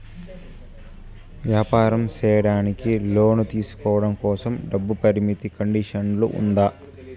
వ్యాపారం సేయడానికి లోను తీసుకోవడం కోసం, డబ్బు పరిమితి కండిషన్లు ఉందా?